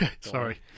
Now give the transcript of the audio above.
sorry